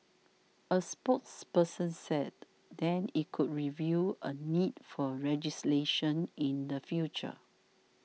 a spokesperson said then it could review a need for legislation in the future